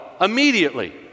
Immediately